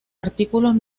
artículos